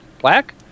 Black